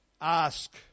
Ask